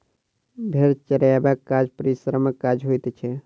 भेंड़ चरयबाक काज परिश्रमक काज होइत छै